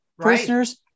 prisoners